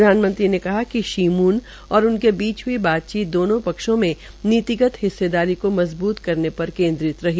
प्रधानमंत्री ने कहा कि श्री मून और उनके बीच हई बातचीत दोनों पक्षों में नीतिगत हिस्सेदारी को मजबूत करने पर केन्द्रित रही